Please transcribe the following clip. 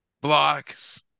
blocks